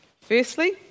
Firstly